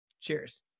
Cheers